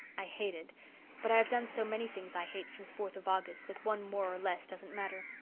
i hate it but i have done so many things i hate since fourth of august that one more or less doesn't matter.